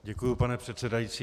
Děkuji, pane předsedající.